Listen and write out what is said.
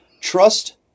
trust